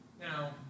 Now